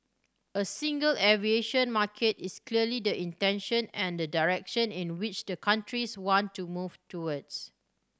a single aviation market is clearly the intention and the direction in which the countries want to move towards